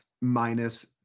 minus